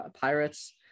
Pirates